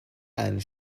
and